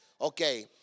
Okay